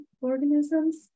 organisms